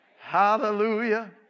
Hallelujah